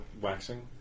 waxing